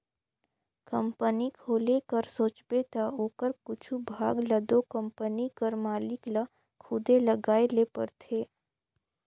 company खोले कर सोचबे ता ओकर कुछु भाग ल दो कंपनी कर मालिक ल खुदे लगाए ले परथे